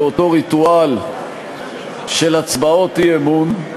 לאותו ריטואל של הצבעות אי-אמון.